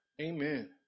Amen